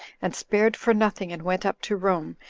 and spared for nothing, and went up to rome,